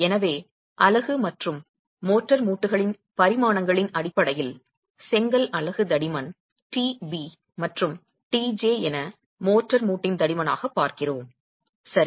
எனவே அலகு மற்றும் மோர்டார் மூட்டுகளின் பரிமாணங்களின் அடிப்படையில் செங்கல் அலகு தடிமன் tb மற்றும் tj என மோர்டார் மூட்டின் தடிமனாக பார்க்கிறோம் சரி